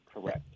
Correct